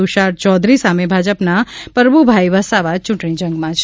તુષાર ચૌધરી સામે ભાજપના પરભૂભાઇ વસાવા ચૂંટણી જંગમાં છે